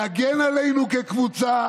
להגן עלינו כקבוצה,